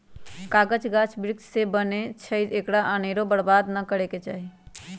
कागज गाछ वृक्ष से बनै छइ एकरा अनेरो बर्बाद नऽ करे के चाहि